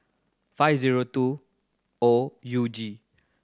five zero two O U G